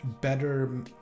better